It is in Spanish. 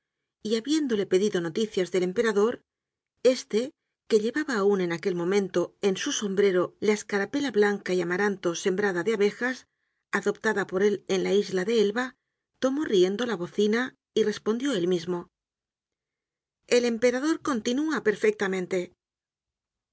y habiéndole pedido noticias del emperador éste que llevaba aun en aquel momento en su sombrero la escarapela blanca y amaranto sembrada de abejas adoptada por él en la isla de elba tomó riendo la bocina y respondió él mismo el emperador continúa perfectamente el